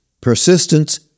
Persistence